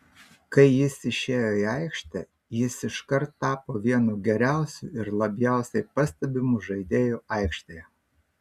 kai jis išėjo į aikštę jis iškart tapo vienu geriausiu ir labiausiai pastebimu žaidėju aikštėje